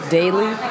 daily